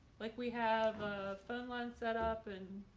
like we have a phone line set up and